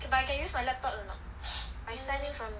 eh but can use my laptop or not I send you some